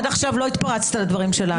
עד עכשיו לא התפרצת לדברים שלנו?